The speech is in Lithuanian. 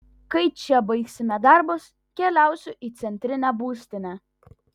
kai čia baigsime darbus keliausiu į centrinę būstinę